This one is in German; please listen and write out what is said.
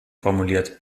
formuliert